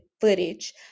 footage